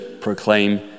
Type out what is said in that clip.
proclaim